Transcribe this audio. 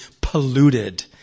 polluted